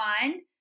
find